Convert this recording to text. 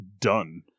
done